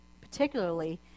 particularly